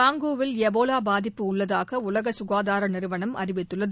காங்கோவில் Ebola பாதிப்புள்ளதாக உலக சுகாதார நிறுவனம் அறிவித்துள்ளது